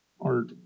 art